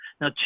Now